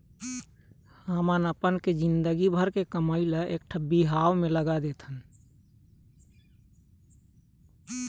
मनखे मन ह अपन जिनगी भर के कमई ल एकठन बिहाव करे म लगा देथे